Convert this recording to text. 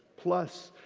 plus,